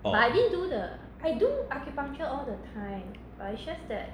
orh